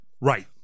right